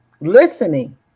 listening